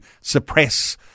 suppress